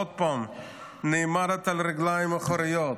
עוד פעם נעמדת על הרגליים האחוריות,